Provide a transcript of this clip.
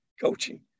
coaching